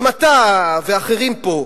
גם אתה ואחרים פה,